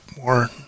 more